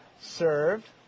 served